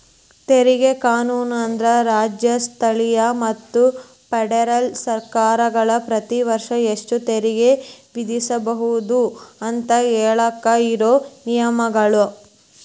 ತೆರಿಗೆ ಕಾನೂನು ಅಂದ್ರ ರಾಜ್ಯ ಸ್ಥಳೇಯ ಮತ್ತ ಫೆಡರಲ್ ಸರ್ಕಾರಗಳ ಪ್ರತಿ ವರ್ಷ ಎಷ್ಟ ತೆರಿಗೆ ವಿಧಿಸಬೋದು ಅಂತ ಹೇಳಾಕ ಇರೋ ನಿಯಮಗಳ